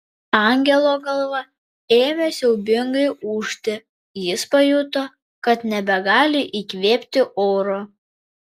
angelo galva ėmė siaubingai ūžti jis pajuto kad nebegali įkvėpti oro